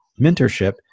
mentorship